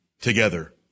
together